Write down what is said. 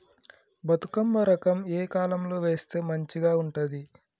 బతుకమ్మ రకం ఏ కాలం లో వేస్తే మంచిగా ఉంటది?